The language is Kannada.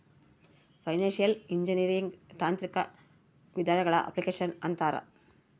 ಫೈನಾನ್ಶಿಯಲ್ ಇಂಜಿನಿಯರಿಂಗ್ ತಾಂತ್ರಿಕ ವಿಧಾನಗಳ ಅಪ್ಲಿಕೇಶನ್ ಅಂತಾರ